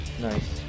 Nice